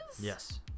Yes